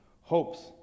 hopes